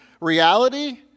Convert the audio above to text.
reality